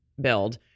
build